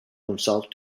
himself